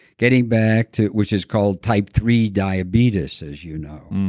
getting back to which is called type three diabetes, as you know,